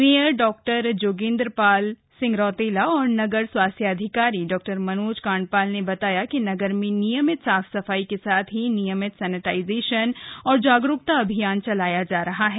mayor डॉ जोगेन्द्रर पाल सिंह रौतेला और नगर स्वास्थ्य अधिकारी डॉ मनोज काण्डपाल ने बताया कि नगर में नियमित साफ सफाई के साथ ही नियमित सैनेटाइजेशन और जागरूकता अभियान चलाया जा रहा है